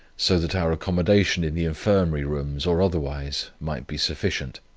so that our accommodation in the infirmary rooms or otherwise might be sufficient.